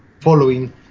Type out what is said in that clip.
following